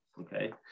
okay